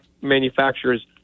manufacturers